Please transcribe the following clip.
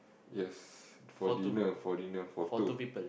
yes for dinner for dinner for two